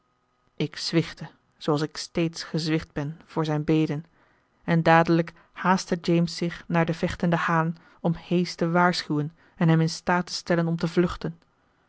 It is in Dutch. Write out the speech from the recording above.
ik zwichtte zooals ik steeds gezwicht ben voor zijn beden en dadelijk haastte james zich naar de vechtende haan om hayes te waarschuwen en hem in staat te stellen om te vluchten